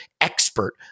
expert